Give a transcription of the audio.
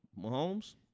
Mahomes